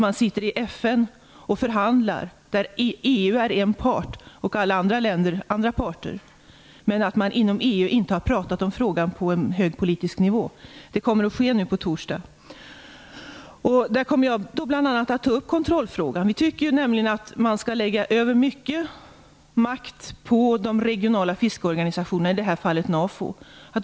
Man sitter i FN och förhandlar och EU är en part och de andra länderna är andra parter, men inom EU har man inte pratat om frågan på en hög politisk nivå. Det kommer att ske nu på torsdag. Där kommer jag bl.a. att ta upp kontrollfrågan. Vi tycker nämligen att man skall lägga över mycket makt på de regional fiskeorganisationerna, i det här fallet NAFO.